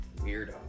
Weirdo